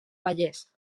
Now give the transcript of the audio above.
vallès